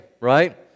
right